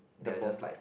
the boy